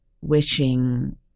wishing